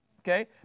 okay